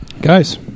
guys